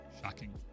Shocking